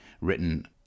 written